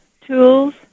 Tools